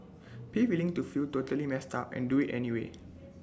be willing to feel totally messed up and do IT anyway